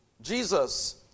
Jesus